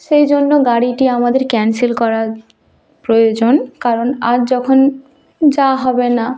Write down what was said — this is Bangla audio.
সেই জন্য গাড়িটি আমাদের ক্যান্সেল করা প্রয়োজন কারণ আর যখন যাওয়া হবে না